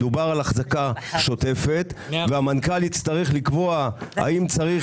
מדובר על אחזקה שוטפת והמנכ"ל יצטרך לקבוע האם צריך